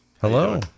Hello